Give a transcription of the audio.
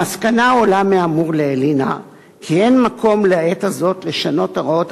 המסקנה העולה מהאמור לעיל הינה שאין מקום לעת הזאת לשנות את הוראות